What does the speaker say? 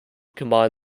combine